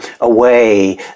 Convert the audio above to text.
away